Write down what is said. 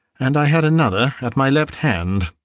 and i had another at my left hand.